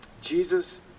Jesus